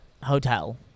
Hotel